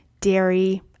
dairy